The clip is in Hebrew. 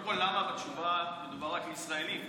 למה בתשובה מדובר רק על ישראלים?